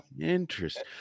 Interesting